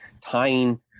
tying